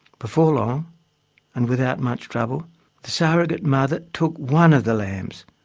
before long and without much trouble the surrogate mother took one of the lambs.